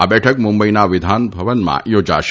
આ બેઠક મુંબઇના વિધાનભવનમાં યોજાશે